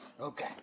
Okay